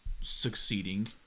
succeeding